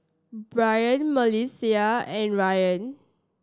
Bryon Melissia and Rayan